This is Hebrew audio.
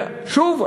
שוב,